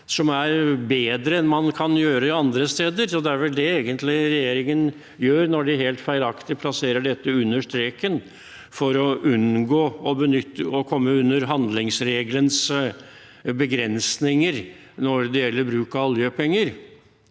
som er bedre enn man får andre steder? Det er vel egentlig det regjeringen gjør når de helt feilaktig plasserer dette under streken for å unngå å komme under handlingsregelens begrensninger når det gjelder bruk av oljepenger.